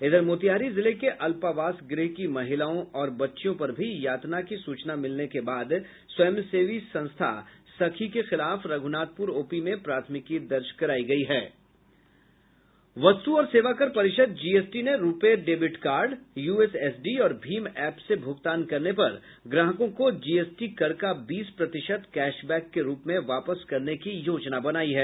इधर मोतिहारी जिले के अल्पावास गृह की महिलाओं और बच्चियों पर भी यातना की सूचना मिलने के बाद स्वयं सेवी संस्था सखी के खिलाफ रघुनाथपुर ओपी में प्राथमिकी दर्ज करायी गयी है वस्तु और सेवा कर परिषद जीएसटी ने रूपे डेबिट कार्ड यूएसएसडी और भीम ऐप से भूगतान करने पर ग्राहकों को जीएसटी कर का बीस प्रतिशत कैशबैक के रूप में वापस करने की योजना बनायी है